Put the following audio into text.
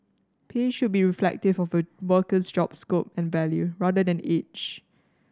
pay should be reflective of a worker's job scope and value rather than age